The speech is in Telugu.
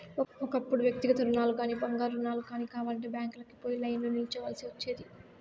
ఒకప్పుడు వ్యక్తిగత రుణాలుగానీ, బంగారు రుణాలు గానీ కావాలంటే బ్యాంకీలకి పోయి లైన్లో నిల్చోవల్సి ఒచ్చేది